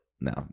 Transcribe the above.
no